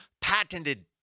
patented